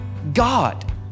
God